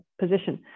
position